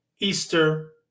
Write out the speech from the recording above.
Easter